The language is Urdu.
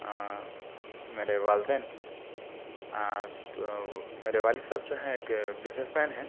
میرے والدین میرے والد صاحب جو ہیں ایک بزنس مین ہیں